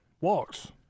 Walks